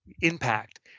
impact